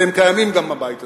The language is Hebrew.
והם קיימים גם בבית הזה,